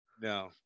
No